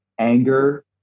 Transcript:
anger